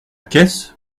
caisse